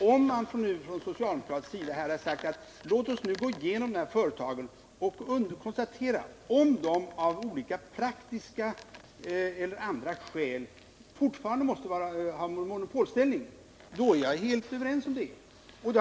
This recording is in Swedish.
Om man nu från socialdemokratisk sida här hade sagt, att låt oss gå igenom de här företagen och konstatera om de av olika praktiska eller andra skäl fortfarande måste ha monopolställning, så är jag helt överens med dem om det.